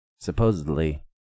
Supposedly